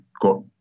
got